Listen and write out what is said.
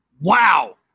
Wow